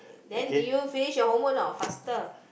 then did you finish your homework not faster